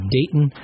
Dayton